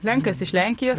lenkas iš lenkijos